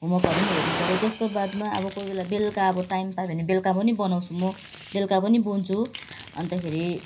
होमवर्कहरू हेर्नु पऱ्यो त्यसको बादमा अब कोही बेला बेलुका अब टाइम पायो भने बेलुका पनि बनाउँछु म बेलुका पनि बुन्छु अन्तखेरि